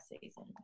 season